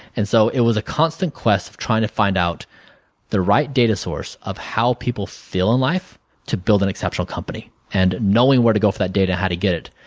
and so it was a constant quest of trying to find out the right data source of how people feel in life to build an exceptional company and knowing where to go for that data and how to get it.